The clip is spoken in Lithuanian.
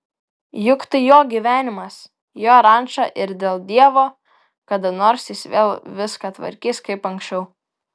juk tai jo gyvenimas jo ranča ir dėl dievo kada nors jis vėl viską tvarkys kaip anksčiau